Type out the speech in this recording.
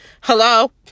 hello